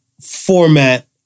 format